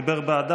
אני מתנגד.